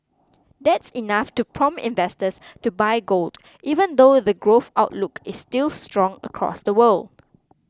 that's enough to prompt investors to buy gold even though the growth outlook is still strong across the world